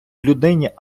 людині